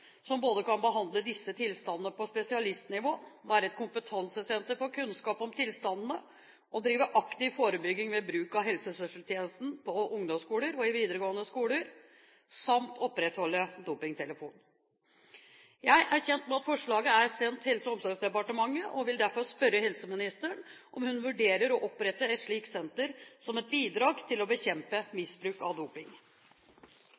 som både kan behandle disse tilstandene på spesialistnivå, være et kompetansesenter for kunnskap om tilstandene, drive aktiv forebygging ved bruk av helsesøstertjenesten på ungdomsskoler og i videregående skoler samt opprettholde dopingtelefonen. Jeg er kjent med at forslaget er sendt Helse- og omsorgsdepartementet, og vil derfor spørre helseministeren om hun vurderer å opprette et slikt senter som et bidrag til å bekjempe